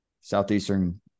Southeastern